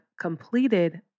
completed